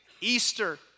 Easter